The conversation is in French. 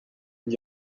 n’y